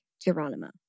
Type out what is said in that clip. Geronimo